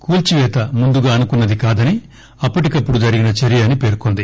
కూల్చివేత ముందుగా అనుకున్నది కాదని అప్పటికప్పుడు జరిగిన చర్య అని పేర్కొంది